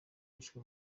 wishwe